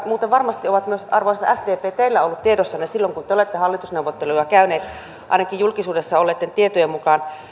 muuten varmasti on myös arvoisa sdp teillä ollut tiedossanne silloin kun te te olette hallitusneuvotteluja käyneet ainakin julkisuudessa olleitten tietojen mukaan